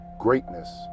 greatness